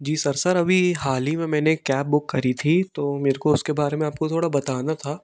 जी sir sir अभी हाल ही में मैंने एक कैब बुक करी थी तो मेरे को उसके बारे में आपको थोड़ा बताना था